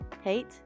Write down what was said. hate